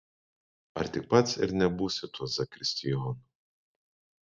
ar tik pats ir nebūsi tuo zakristijonu